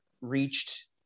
reached